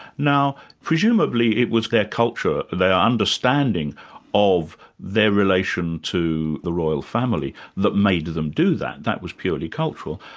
now presumably it was their culture, their understanding of their relation to the royal family that made them do that, that was purely cultural.